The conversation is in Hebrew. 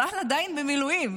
הבעל עדיין במילואים,